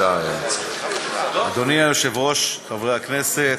אדוני היושב-ראש, חברי הכנסת,